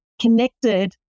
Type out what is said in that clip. connected